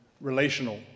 relational